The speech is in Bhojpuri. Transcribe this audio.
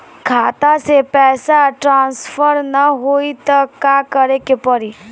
खाता से पैसा ट्रासर्फर न होई त का करे के पड़ी?